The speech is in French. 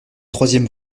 troisième